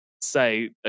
say